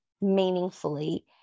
meaningfully